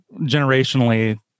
generationally